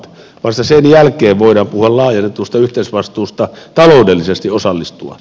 vasta sen jälkeen voidaan puhua laajennetusta yhteisvastuusta taloudellisesti osallistua